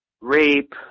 rape